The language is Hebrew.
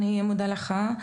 אני מודה לך,